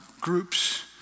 group's